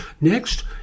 Next